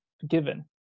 forgiven